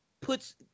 puts